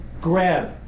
Grab